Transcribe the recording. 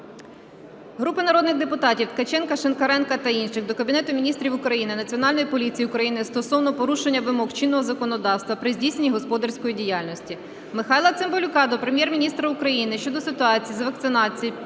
Групи народних депутатів (Ткаченка, Шинкаренка та інших) до Кабінету Міністрів України, Національної поліції України стосовно порушення вимог чинного законодавства при здійсненні господарської діяльності. Михайла Цимбалюка до Прем'єр-міністра України щодо ситуації з вакцинацією